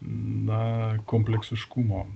na kompleksiškumo